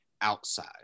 outside